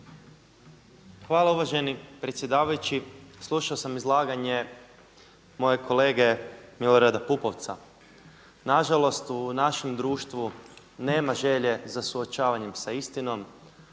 Hvala uvaženi predsjedavajući. Slušao sam izlaganje mojeg kolege Milorada Pupovca. Na žalost u našem društvu nema želje za suočavanjem sa istinom,